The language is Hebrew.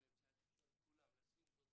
מזעזעים למרות שהם לא בפוקוס.